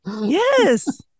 Yes